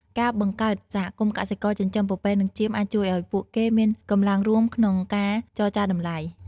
ការបង្កើតសហគមន៍កសិករចិញ្ចឹមពពែនិងចៀមអាចជួយឲ្យពួកគេមានកម្លាំងរួមក្នុងការចរចាតម្លៃ។